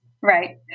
Right